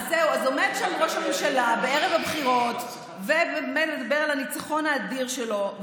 אז עומד שם ראש הממשלה בערב הבחירות ומדבר על הניצחון האדיר שלו.